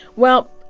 well,